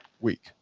week